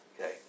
Okay